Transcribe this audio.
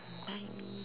buy me